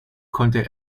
konnte